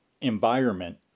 environment